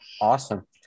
Awesome